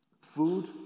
food